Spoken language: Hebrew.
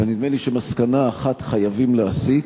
אבל נדמה לי שמסקנה אחת חייבים להסיק: